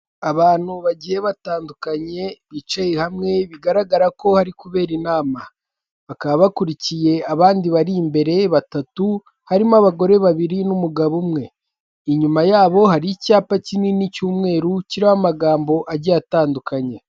Abantu bagiye batandukanye bicaye hamwe bigaragara ko hari kubera inama, bakaba bakurikiye abandi bari imbere batatu harimo abagore babiri n'umugabo umwe, inyuma yabo hari icyapa kinini cy'umweru kiriho amagambo agiye atandukanye.